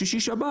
שישי-שבת,